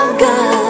good